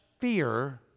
fear